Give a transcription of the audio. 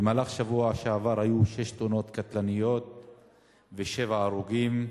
בשבוע שעבר היו שש תאונות קטלניות ושבעה הרוגים,